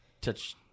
touch